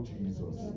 Jesus